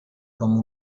come